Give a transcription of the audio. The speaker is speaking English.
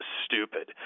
stupid